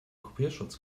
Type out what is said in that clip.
kopierschutz